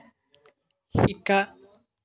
শিকা